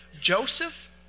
Joseph